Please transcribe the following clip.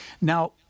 Now